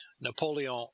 napoleon